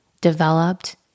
developed